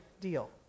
deal